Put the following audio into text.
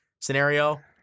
scenario